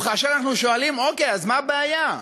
וכאשר אנחנו שואלים: אוקיי, אז מה הבעיה?